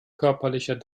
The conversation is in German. körperlicher